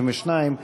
62,